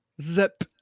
Zip